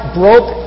broke